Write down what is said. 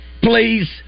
please